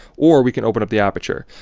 or we can open up the aperture.